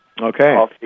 Okay